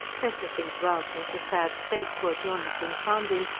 let her think rather of the sad state poor john had been found in,